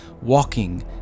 walking